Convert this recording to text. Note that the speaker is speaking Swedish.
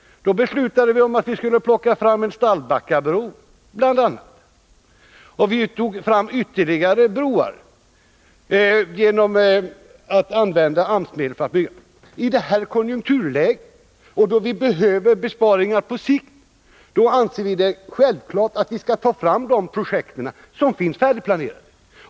Då beslutade vi bl.a. att vi skulle plocka fram Stallbackabron, och vi tog fram ytterligare broprojekt genom att använda AMS-medel. I det konjunkturläge som vi befinner oss i och då vi behöver göra besparingar på sikt anser vi att vi självfallet skall ta fram de projekt som finns färdigplanerade.